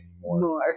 more